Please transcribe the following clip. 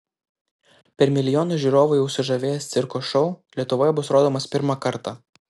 per milijoną žiūrovų jau sužavėjęs cirko šou lietuvoje bus rodomas pirmą kartą